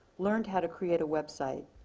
learned how to create a website,